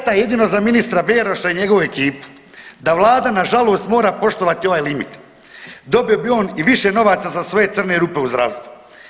Šteta je jedino za ministra Beroša i njegovu ekipu da Vlada na žalost mora poštovati ovaj limit, dobio bi on i više novaca za svoje crne rupe u zdravstvu.